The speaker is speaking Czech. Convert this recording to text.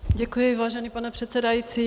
Děkuji, vážený pane předsedající.